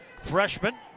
freshman